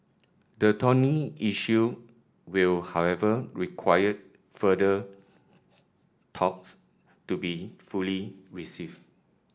the thorny issue will however required further talks to be fully received